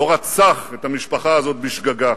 לא רצח את המשפחה הזאת בשגגה.